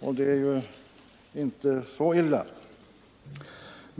vilket ju inte är så illa.